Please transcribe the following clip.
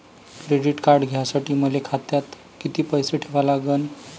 Credit card घ्यासाठी मले खात्यात किती पैसे ठेवा लागन?